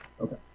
Okay